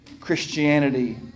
Christianity